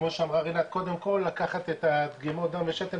כמו שאמר רנה קודם כל לקחת את הדגימות גם לשתן